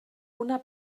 una